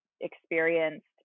experienced